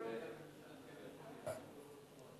זה היה במשאל טלפוני,